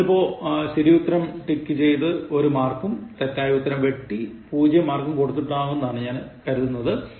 നിങ്ങൾ ഇപ്പോൾ ശരിയുത്തരം ടിക്ക് ചെയ്ത് ഒരു മാർക്കും തെറ്റായ ഉത്തരം വെട്ടി 0 മാർക്ക്കും കൊടുത്തിട്ടുണ്ടാകും എന്ന് ഞാൻ കരുതുകയാണ്